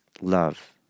love